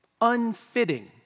unfitting